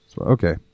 okay